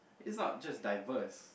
it's not just diverse